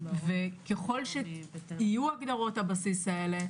ככל שיהיו הגדרות הבסיס האלה,